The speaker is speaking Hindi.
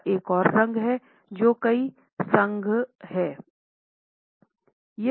काला एक और रंग है जो कई संघ हैं